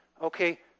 okay